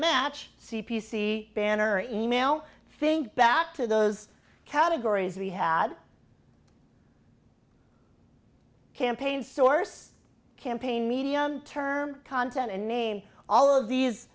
match c p c banner e mail think back to those categories we had campaign source campaign medium term content and name all of these